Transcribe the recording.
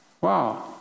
Wow